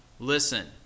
Listen